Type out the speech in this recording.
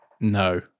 no